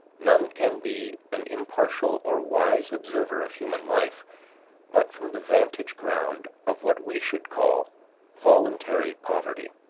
none can be an impartial or wise observer of human life but from the vantage ground of what we should call voluntary poverty.